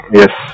yes